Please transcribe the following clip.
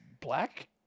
black